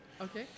Okay